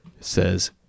says